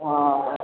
हां